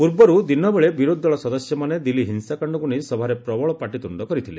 ପୂର୍ବରୁ ଦିନ ବେଳେ ବିରୋଧୀ ଦଳ ସଦସ୍ୟମାନେ ଦିଲ୍ଲୀ ହିଂସାକାଶକୁ ନେଇ ସଭାରେ ପ୍ରବଳ ପାଟିତୁଣ୍ଡ କରିଥିଲେ